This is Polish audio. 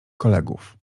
kolegów